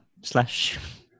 slash